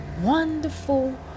wonderful